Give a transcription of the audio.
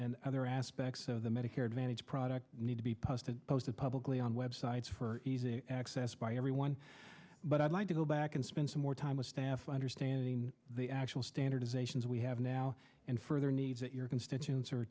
and other aspects of the medicare advantage product need to be posted posted publicly on web sites for easy access by everyone but i'd like to go back and spend some more time with staff understanding the actual standardization as we have now and further needs that your constituents